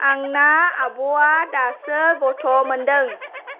आंना आब'आ दासो गथ' मोन्दों